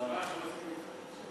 אי-אמון, ושהממשלה הזאת תלך